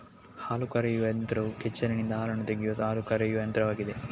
ಹಾಲು ಕರೆಯುವ ಯಂತ್ರವು ಕೆಚ್ಚಲಿನಿಂದ ಹಾಲನ್ನು ತೆಗೆಯುವ ಹಾಲು ಕರೆಯುವ ಯಂತ್ರವಾಗಿದೆ